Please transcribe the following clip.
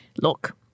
Look